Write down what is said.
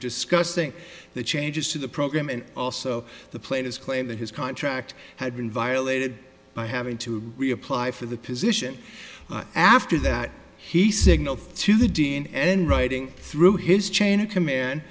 discussing the changes to the program and also the plane has claimed that his contract had been violated by having to reapply for the position after that he signaled to the dean and writing through his chain of command